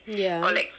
ya